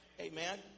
amen